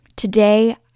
Today